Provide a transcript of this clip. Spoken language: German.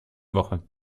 woche